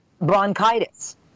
bronchitis